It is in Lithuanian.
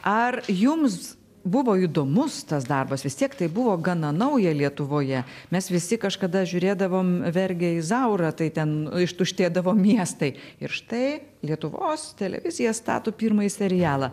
ar jums buvo įdomus tas darbas vis tiek tai buvo gana nauja lietuvoje mes visi kažkada žiūrėdavom vergę izaurą tai ten ištuštėdavo miestai ir štai lietuvos televizija stato pirmąjį serialą